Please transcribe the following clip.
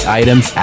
items